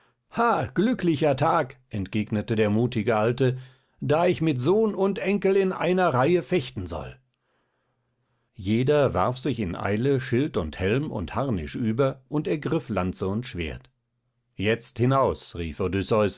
glücklicher tag entgegnete der mutige alte da ich mit sohn und enkel in einer reihe fechten soll jeder warf sich in eile schild und helm und harnisch über und ergriff lanze und schwert jetzt hinaus rief